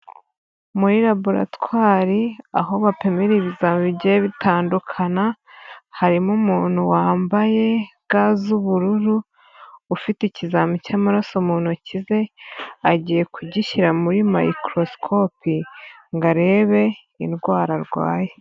Muri laboratwari, aho bapimira ibizami bigiye bitandukana, harimo umuntu wambaye ga z'ubururu, ufite ikizamini cy'amaraso mu ntoki ze, agiye kugishyira muri mayikorosikopi ngo arebe indwara arwaye.